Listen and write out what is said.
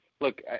Look